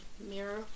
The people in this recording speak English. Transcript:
Mirror